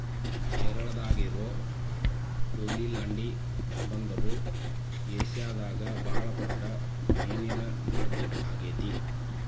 ಕೇರಳಾದಾಗ ಇರೋ ಕೊಯಿಲಾಂಡಿ ಬಂದರು ಏಷ್ಯಾದಾಗ ಬಾಳ ದೊಡ್ಡ ಮೇನಿನ ಮಾರ್ಕೆಟ್ ಆಗೇತಿ